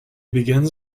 begins